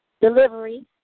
delivery